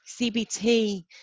CBT